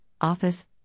Office